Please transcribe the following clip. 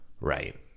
Right